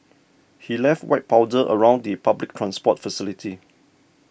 he left white powder around the public transport facility